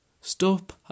Stop